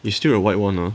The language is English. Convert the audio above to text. is still a white [one] ah